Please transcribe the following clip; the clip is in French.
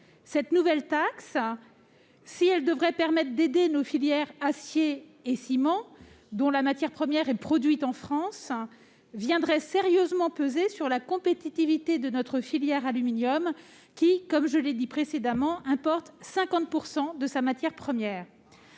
Cette nouvelle taxe devrait permettre d'aider nos filières de l'acier et du ciment, dont la matière première est produite en France, mais elle viendrait sérieusement peser sur la compétitivité de notre filière aluminium, qui, comme je l'ai dit, importe 50 % de sa matière première.